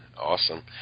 Awesome